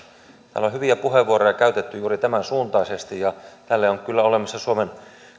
on hyviä puheenvuoroja käytetty juuri tämän suuntaisesti ja tälle on kyllä olemassa suomen